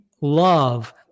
love